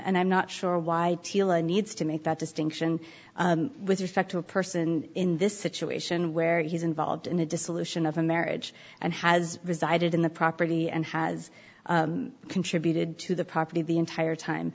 and i'm not sure why i needs to make that distinction with respect to a person in this situation where he's involved in a dissolution of a marriage and has resided in the property and has has contributed to the property the entire time